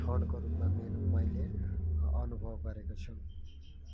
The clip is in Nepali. क्षणको रूपमा मेरो मैले अनुभव गरेको छु